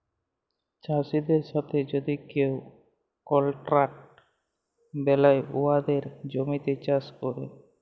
চাষীদের সাথে যদি কেউ কলট্রাক্ট বেলায় উয়াদের জমিতে চাষ ক্যরে